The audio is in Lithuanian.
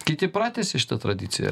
kiti pratęsė šitą tradiciją